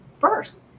first